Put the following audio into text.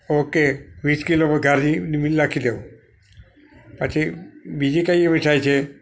okay વીસ kilo ગાઝીની લખી લ્યો પછી બીજી કઈ મીઠાઈ છે